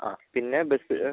ആ പിന്നെ ബസ്